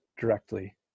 directly